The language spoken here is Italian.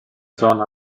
zona